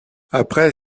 après